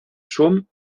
som